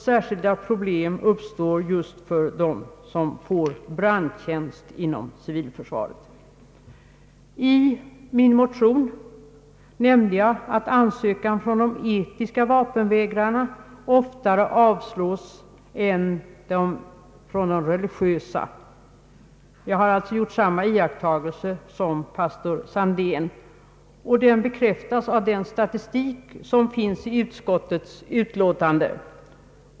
Särskilda problem uppstår just för dem som får brandtjänst inom civilförsvaret. I min motion nämnde jag att ansökan från de etiska vapenvägrarna oftare avslås än ansökan från de religiösa. Jag har alltså gjort samma iakttagelse som pastor Sandén. Den bekräftas av den statistik som finns i utskottets utlåtande.